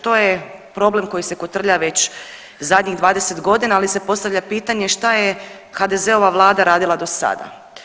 To je problem koji se kotrlja već zadnjih 20 godina, ali se postavlja pitanje šta je HDZ-ova Vlada radila do sada?